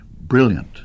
brilliant